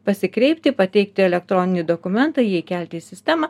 pasikreipti pateikti elektroninį dokumentą jį įkelti į sistemą